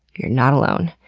you are not alone.